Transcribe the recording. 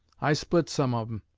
i split some of em.